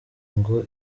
ngo